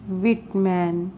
whitman